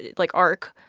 like, arc?